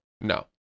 no